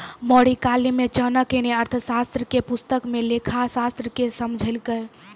मौर्यकाल मे चाणक्य ने अर्थशास्त्र नाम के पुस्तक मे लेखाशास्त्र के समझैलकै